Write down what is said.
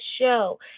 show